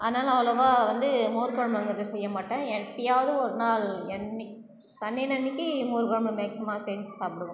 ஆனாலும் அவ்வளோவா வந்து மோர் குழம்புங்குறது செய்ய மாட்டன் எப்போயாவது ஒரு நாள் என்னிக் சமையலன்னைக்கி மோர் குழம்பு மேக்சிமம் மோர் குழம்பு செஞ்சு சாப்பிடுவோம்